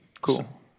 cool